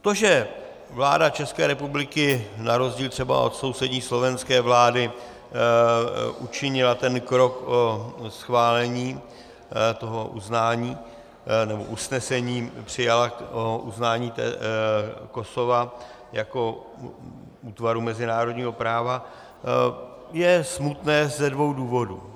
To, že vláda České republiky na rozdíl třeba od sousední slovenské vlády učinila krok schválení toho uznání, nebo usnesením přijala uznání Kosova jako útvaru mezinárodního práva, je smutné ze dvou důvodů.